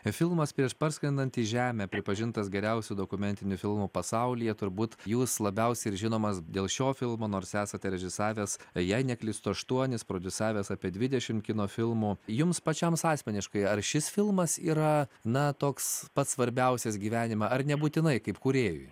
filmas prieš parskrendant į žemę pripažintas geriausiu dokumentiniu filmu pasaulyje turbūt jūs labiausiai ir žinomas dėl šio filmo nors esate režisavęs jei neklystu aštuonis prodiusavęs apie dvidešimt kino filmų jums pačiam asmeniškai ar šis filmas yra na toks pats svarbiausias gyvenime ar nebūtinai kaip kūrėjui